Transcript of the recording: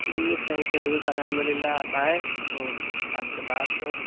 جی الحمد اللہ آپ آئیں آپ سے بات ہو